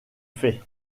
fait